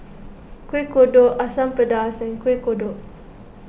Kueh Kodok Asam Pedas and Kueh Kodok